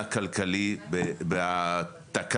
אני,